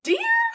Dear